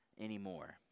anymore